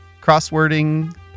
crosswording